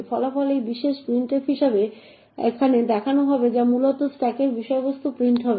ফলাফল এই বিশেষ printf হিসাবে এখানে দেখানো হবে যা মূলত স্ট্যাকের বিষয়বস্তু প্রিন্ট হবে